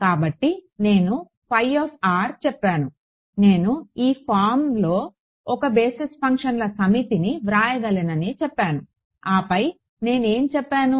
కాబట్టి నేను చెప్పాను నేను ఈ ఫారమ్లో ఒక బేసిస్ ఫంక్షన్ల సమితిని వ్రాయగలనని చెప్పాను ఆపై నేను ఏమి చెప్పాను